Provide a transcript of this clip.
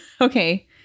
Okay